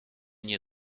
nie